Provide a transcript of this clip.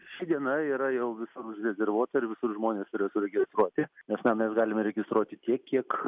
ši diena yra jau visur užrezervuota ir visur žmonės yra suregistruoti nes na mes galima registruoti tiek kiek